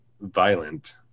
violent